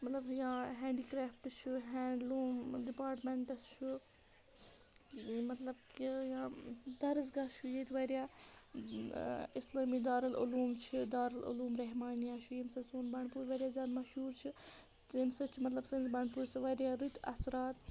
مطلب یا ہینٛڈیکرٛافٹ چھِ ہینٛڈلوٗم ڈِپاٹمٮ۪نٛٹٕس چھُ مطلب کہِ یا دَرسگاہ چھُ ییٚتہِ واریاہ اِسلٲمی دار العلوٗم چھِ دار العلوٗم رحمانِیَہ چھُ ییٚمہِ سۭتۍ سون بنٛڈپوٗر واریاہ زیادٕ مشہوٗر چھِ تَمہِ سۭتۍ چھِ مطلب سٲنِس بنٛڈپوٗرِس تہِ واریاہ رٕتۍ اَثرات